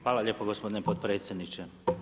Hvala lijepo gospodine potpredsjedniče.